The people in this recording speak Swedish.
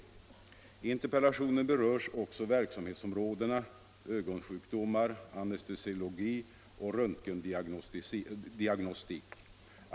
I interpellationen berörs också verksamhetsområdena ögonsjukdomar, anestesiologi och röntgendiagnostik.